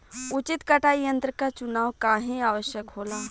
उचित कटाई यंत्र क चुनाव काहें आवश्यक होला?